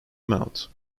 amount